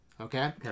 Okay